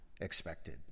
expected